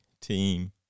Team